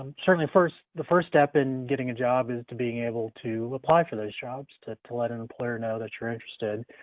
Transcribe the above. um certainly the first step in getting a job is to being able to apply for these jobs to to let an employer know that you're interested.